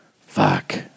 fuck